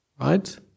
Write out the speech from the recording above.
Right